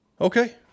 Okay